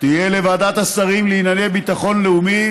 תהיה לוועדת השרים לענייני ביטחון לאומי,